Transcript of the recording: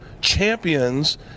champions